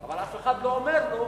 אבל אף אחד לא אומר לו,